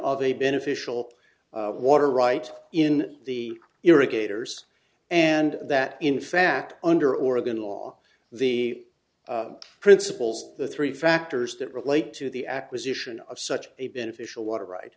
a beneficial water right in the irrigators and that in fact under oregon law the principles the three factors that relate to the acquisition of such a beneficial water ride